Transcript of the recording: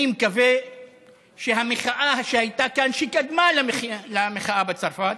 אני מקווה שהמחאה שהייתה כאן, שקדמה למחאה בצרפת,